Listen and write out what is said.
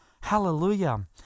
Hallelujah